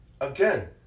Again